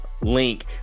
link